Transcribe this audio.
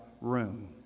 room